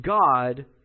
God